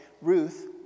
Ruth